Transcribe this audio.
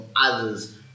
others